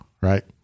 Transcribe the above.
right